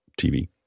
TV